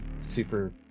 super